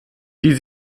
die